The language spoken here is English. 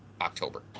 October